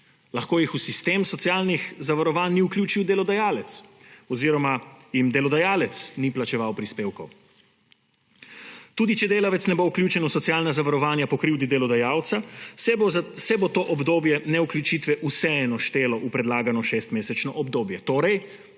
Lahko jih v sistem socialnih zavarovanj ni vključil delodajalec oziroma jim delodajalec ni plačeval prispevkov. Tudi če delavec ne bo vključen v socialna zavarovanja po krivdi delodajalca, se bo to obdobje nevključitve vseeno štelo v predlagano šestmesečno obdobje.